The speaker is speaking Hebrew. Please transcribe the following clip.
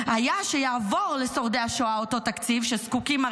שיעבור לשורדי השואה אותו תקציב שלו הם זקוקים,